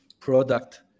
product